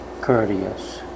courteous